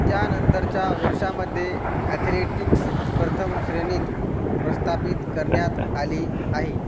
त्यानंतरच्या वर्षामध्ये ॲथलेटिक्स प्रथम श्रेणीत प्रस्थापित करण्यात आली आहे